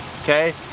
okay